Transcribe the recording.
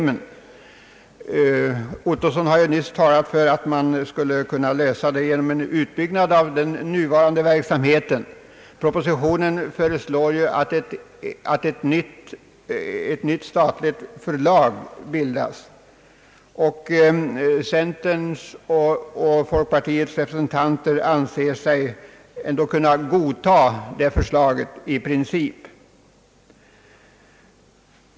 Herr Ottosson talade nyss i detta sammanhang för en utbyggnad av statskontorets tryckeriexpedition. Propositionen föreslår ju att ett nytt statligt förlag bildas. Centerns och folkpartiets representanter anser sig i princip kunna godta detta förslag.